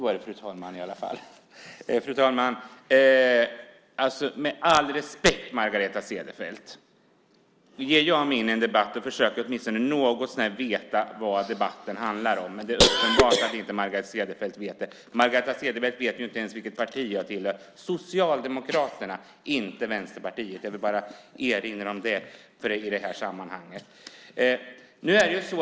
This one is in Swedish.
Fru talman! Med all respekt, Margareta Cederfelt, ger jag mig in i en debatt och försöker åtminstone något så när veta vad debatten handlar om. Men det är uppenbart att Margareta Cederfelt inte vet det. Margareta Cederfelt vet inte ens vilket parti jag tillhör. Det är Socialdemokraterna, inte Vänsterpartiet - jag vill bara erinra om det.